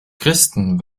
christen